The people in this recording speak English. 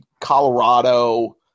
Colorado